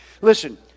Listen